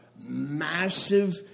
massive